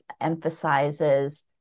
emphasizes